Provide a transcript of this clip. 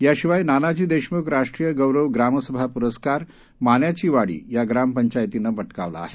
याशिवाय नानाजी देशमुख राष्ट्रीय गौरव ग्रामसभा पुरस्कार मान्याचीवाडी या ग्रामपंचायतीनं पटकावला आहे